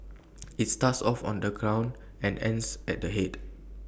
IT starts off on the ground and ends at the Head